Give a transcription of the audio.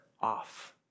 off